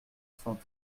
cent